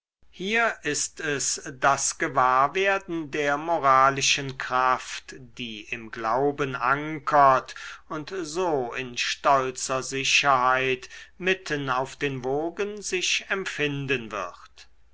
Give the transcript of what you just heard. hier ist es das gewahrwerden der moralischen kraft die im glauben ankert und so in stolzer sicherheit mitten auf den wogen sich empfinden wird